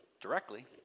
directly